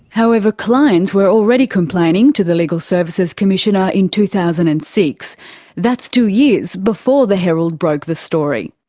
however, clients were already complaining to the legal services commissioner in two thousand and six that's two years before before the herald broke the story.